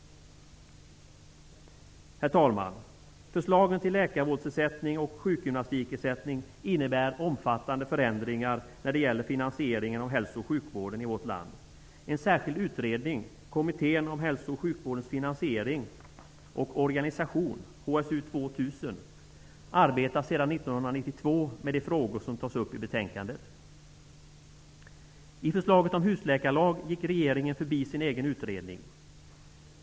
Herr talman! Förslagen till läkarvårdsersättning och sjukgymnastikersättning innebär omfattande förändringar när det gäller finansieringen av hälsooch sjukvården i vårt land. En särskild utredning, Kommittén om hälso och sjukvårdens finansiering och organisation, HSU 2000, arbetar sedan 1992 med de frågor som tas upp i betänkandet. I förslaget om husläkarlag gick regeringen förbi sin egen utredning.